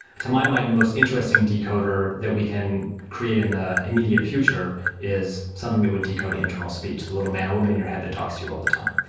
to my mind the most interesting decoder that we can create in the immediate future with is something that would decode internal speech, the little man or woman in your head that talks to you all the time.